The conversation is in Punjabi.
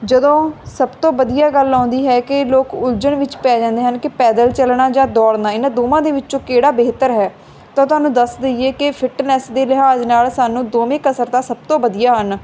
ਜਦੋਂ ਸਭ ਤੋਂ ਵਧੀਆ ਗੱਲ ਆਉਂਦੀ ਹੈ ਕਿ ਲੋਕ ਉਲਝਣ ਵਿੱਚ ਪੈ ਜਾਂਦੇ ਹਨ ਕਿ ਪੈਦਲ ਚੱਲਣਾ ਜਾਂ ਦੌੜਨਾ ਇਹਨਾਂ ਦੋਵਾਂ ਦੇ ਵਿੱਚੋਂ ਕਿਹੜਾ ਬਿਹਤਰ ਹੈ ਤਾਂ ਤੁਹਾਨੂੰ ਦੱਸ ਦਈਏ ਕਿ ਫਿਟਨੈਸ ਦੇ ਲਿਹਾਜ਼ ਨਾਲ ਸਾਨੂੰ ਦੋਵੇਂ ਕਸਰਤਾਂ ਸਭ ਤੋਂ ਵਧੀਆ ਹਨ